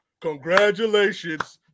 congratulations